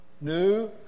new